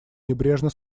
небрежно